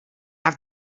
have